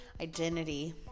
identity